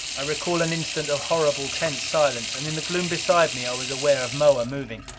i recall an instant of horrible, tense silence, and in the gloom beside me i was aware of moa moving.